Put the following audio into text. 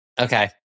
okay